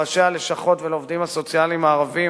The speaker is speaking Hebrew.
לראשי הלשכות ולעובדים הסוציאליים הערבים